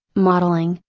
modeling,